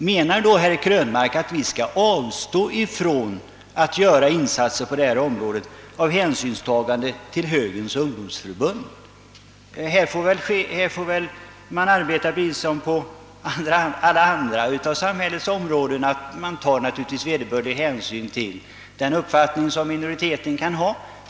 Menar då herr Krönmark att vi skall avstå från att göra insatser på detta område av hänsynstagande till Högerns ungdomsförbund? Här får man väl arbeta precis som på andra samhällsområden, d. v. s. man tar vederbörlig hänsyn till den uppfattning som minoriteten kan ha.